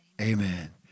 Amen